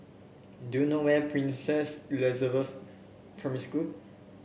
do you know where is Princess Elizabeth Primary School